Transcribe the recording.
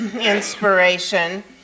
inspiration